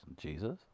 Jesus